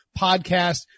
podcast